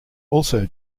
also